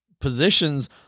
positions